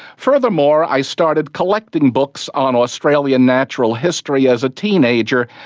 furthermore, i started collecting books on australian natural history as a teenager,